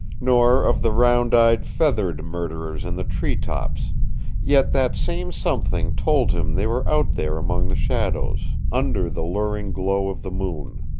nor of the round-eyed, feathered murderers in the tree-tops yet that same something told him they were out there among the shadows, under the luring glow of the moon.